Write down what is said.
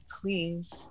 please